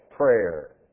Prayer